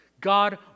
God